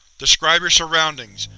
describe your surroundings.